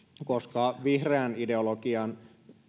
koska vihreän ideologian